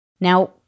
Now